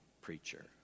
preacher